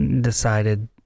decided